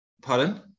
Pardon